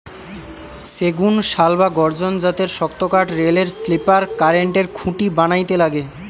সেগুন, শাল বা গর্জন জাতের শক্তকাঠ রেলের স্লিপার, কারেন্টের খুঁটি বানাইতে লাগে